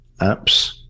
apps